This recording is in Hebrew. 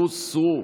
הוסרו.